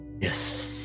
Yes